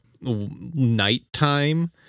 nighttime